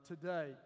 today